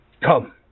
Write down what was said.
come